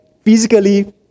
physically